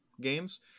games